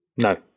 No